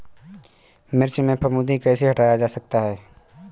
मिर्च में फफूंदी कैसे हटाया जा सकता है?